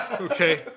Okay